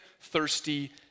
thirsty